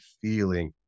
feeling